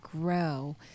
grow